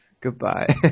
goodbye